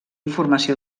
informació